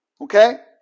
Okay